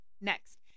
next